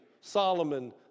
Solomon